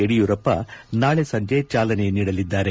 ಯಡಿಯೂರಪ್ಪ ನಾಳೆ ಸಂಜೆ ಚಾಲನೆ ನೀಡಲಿದ್ದಾರೆ